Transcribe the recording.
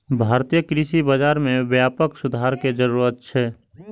भारतीय कृषि बाजार मे व्यापक सुधार के जरूरत छै